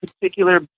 particular